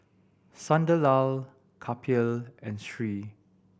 Sunderlal Kapil and Hri